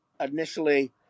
initially